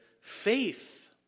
faith